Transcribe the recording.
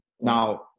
Now